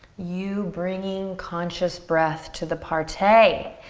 you bringing conscious breath to the par-tay.